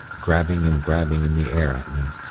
grabbing and grabbing in the air at me.